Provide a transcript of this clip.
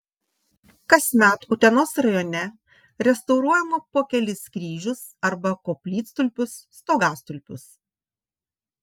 kasmet utenos rajone restauruojama po kelis kryžius arba koplytstulpius stogastulpius